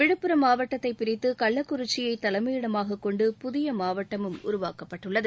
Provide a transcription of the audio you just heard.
விழுப்புரம் மாவட்டத்தைப் பிரித்து கள்ளக்குறிச்சியை தலைமையிடமாகக் கொண்டு புதிய மாவட்டமும் உருவாக்கப்பட்டுள்ளது